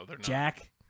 Jack